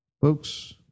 Folks